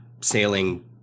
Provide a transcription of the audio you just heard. sailing